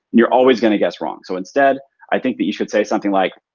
and you're always gonna guess wrong. so instead i think that you should say something like,